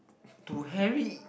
to Harry